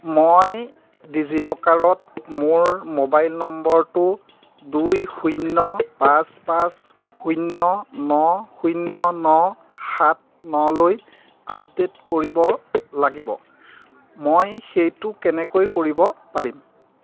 মই ডিজিলকাৰত মোৰ মোবাইল নম্বৰটো দুই শূন্য পাঁচ পাঁচ শূন্য ন শূন্য ন সাত নলৈ আপডেট কৰিব লাগিব মই সেইটো কেনেকৈ কৰিব পাৰিম